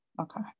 Okay